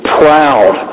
proud